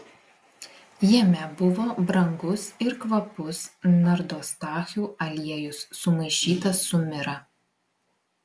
jame buvo brangus ir kvapus nardostachių aliejus sumaišytas su mira